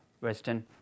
Western